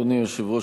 אדוני היושב-ראש,